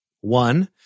One